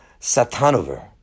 Satanover